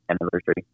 anniversary